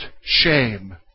shame